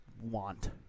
want